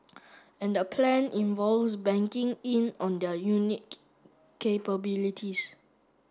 and the plan involves banking in on their unique capabilities